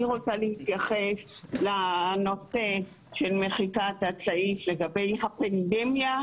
אני רוצה להתייחס לנושא של מחיקת הסעיף לגבי הפנדמיה.